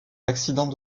accident